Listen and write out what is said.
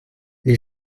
les